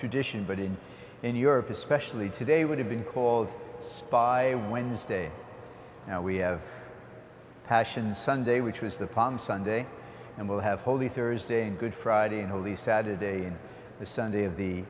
tradition but it in europe especially today would have been called by wednesday we have passion sunday which was the palm sunday and will have holy thursday good friday and holy saturday and sunday of the